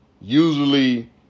Usually